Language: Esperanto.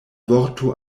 vorto